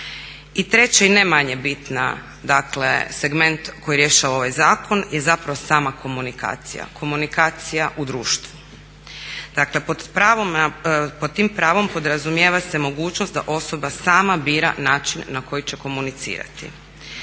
I treća i ne manje bitan segment koji rješava ovaj zakon je zapravo sama komunikacija, komunikacija u društvu. Dakle, pod tim pravom podrazumijeva se mogućnost da osoba sama bira način na koji će komunicirati.